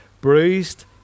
bruised